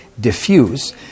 diffuse